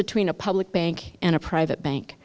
between a public bank and a private bank